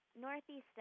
northeast